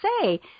say